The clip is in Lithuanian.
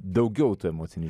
daugiau tų emocinių